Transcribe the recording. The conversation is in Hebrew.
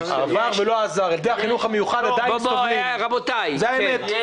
ילדי החינוך המיוחד עדיין סובלים, זו האמת.